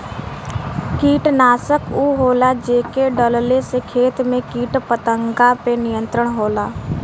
कीटनाशक उ होला जेके डलले से खेत में कीट पतंगा पे नियंत्रण होला